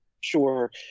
sure